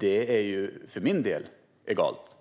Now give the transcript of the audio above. är för min del egalt.